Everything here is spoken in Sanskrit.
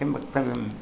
किं वक्तव्यम्